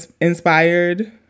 inspired